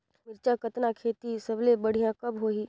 मिरचा कतना खेती सबले बढ़िया कब होही?